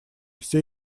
все